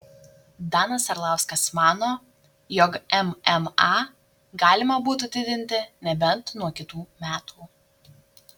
danas arlauskas mano jog mma galima būtų didinti nebent nuo kitų metų